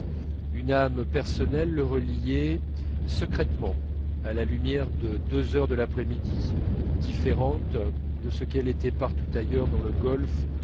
une âme personnelle le reliait secrètement à la lumière de deux heures de l'après-midi différente de ce qu'elle était partout ailleurs dans le golfe